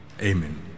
Amen